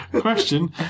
Question